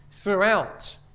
throughout